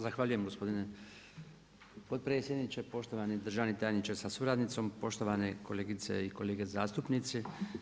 Zahvaljujem gospodine potpredsjedniče, poštovani državni tajniče sa suradnicom, poštovane kolegice i kolege zastupnici.